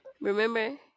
Remember